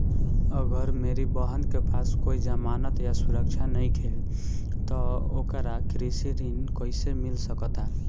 अगर मेरी बहन के पास कोई जमानत या सुरक्षा नईखे त ओकरा कृषि ऋण कईसे मिल सकता?